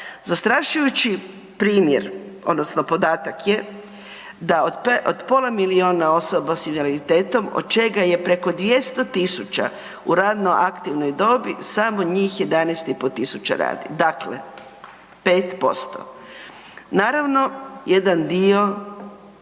Zastrašujući primjer odnosno podatak je da od pola milijuna osoba sa invaliditetom, od čega je preko 200 000 u radno aktivnoj dobi, samo njih 11 500 radi. Dakle, 5%. Naravno, jedan dio